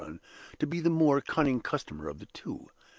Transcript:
to be the more cunning customer of the two.